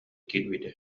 киирбитэ